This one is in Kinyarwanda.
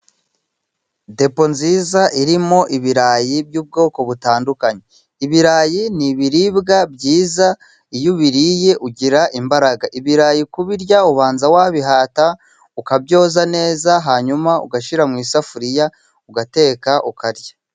Depo nziza irimo ibirayi by'ubwoko butandukanye. Ibirayi ni ibiribwa byiza， iyo ubiriye ugira imbaraga. Ibirayi kubirya ubanza wabihata，ukabyoza neza，hanyuma ugashyira mu isafuriya ugateka， ukarya.